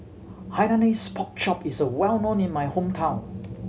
Hainanese Pork Chop is well known in my hometown